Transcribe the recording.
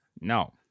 no